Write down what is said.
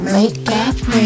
Makeup